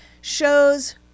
shows